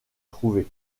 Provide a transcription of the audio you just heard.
trouver